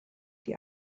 die